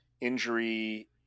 injury